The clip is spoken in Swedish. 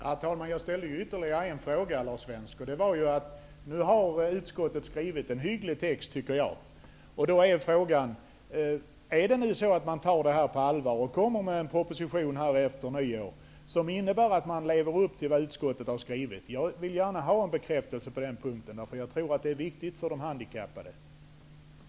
Herr talman! Jag ställde ytterligare en fråga, Lars Svensk. Den handlade om att utskottet nu har skrivit en hygglig text. Då är frågan: Tar man detta på allvar, och kommer det att läggas fram en proposition efter nyår som innebär att man lever upp till vad utskottet har skrivit? Jag vill gärna ha en bekräftelse på den punkten, eftersom jag tror att det är viktigt för de handikappade.